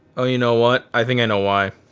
oh you know what? i think i know why.